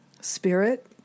spirit